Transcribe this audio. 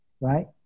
right